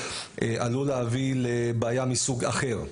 עלול להביא לבעיה מסוג אחר.